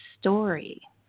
story